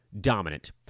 dominant